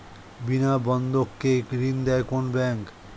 বিনা বন্ধক কে ঋণ দেয় কোন ব্যাংক?